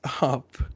up